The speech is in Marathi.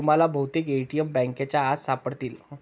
तुम्हाला बहुतेक ए.टी.एम बँकांच्या आत सापडतील